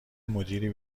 مدیری